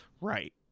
Right